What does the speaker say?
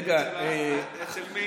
רגע, אצל מי?